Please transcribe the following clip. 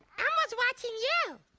elmo's watching you.